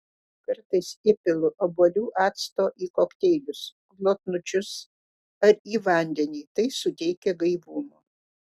kartais įpilu obuolių acto į kokteilius glotnučius ar į vandenį tai suteikia gaivumo